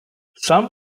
some